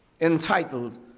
Entitled